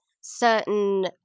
certain